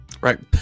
Right